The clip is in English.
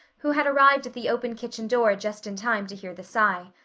who had arrived at the open kitchen door just in time to hear the sigh.